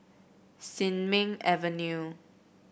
Sin Ming Avenue